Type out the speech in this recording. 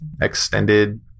extended